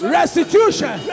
Restitution